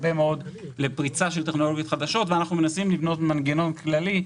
לפריצה של טכנולוגיות חדשות ומנסים לבנות מנגנון כללי,